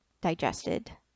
digested